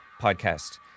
podcast